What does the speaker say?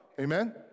Amen